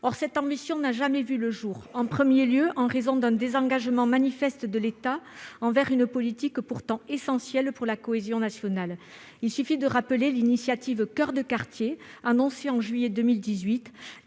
Or cette ambition n'a jamais vu le jour, d'abord en raison d'un désengagement manifeste de l'État envers une politique pourtant essentielle pour la cohésion nationale. Il suffit de rappeler que l'initiative Coeur de quartier, annoncée au mois de juillet 2018